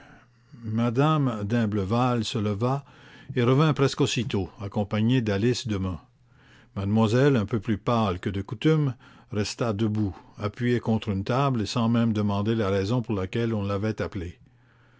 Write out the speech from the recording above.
m me d'imblevalle se leva et revint presque aussitôt accompagnée d'alice demun mademoiselle un peu plus pâle que de coutume resta debout appuyée contre une table et sans même demander la raison pour laquelle on l'avait appelée